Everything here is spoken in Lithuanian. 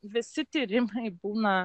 visi tyrimai būna